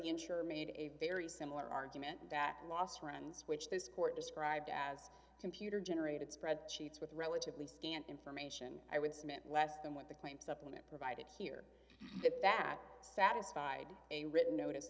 insurer made a very similar argument that lost friends which this court described as computer generated spreadsheets with relatively scant information i would submit less than what the client when it provided here that that satisfied a written notice